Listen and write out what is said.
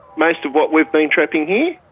most of what we've been trapping here.